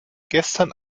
gestern